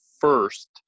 first